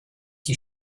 die